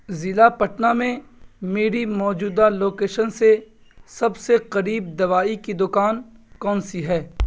ضلع پٹنہ میں میری موجودہ لوکیشن سے سب سے قریب دوائی کی دکان کون سی ہے